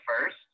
first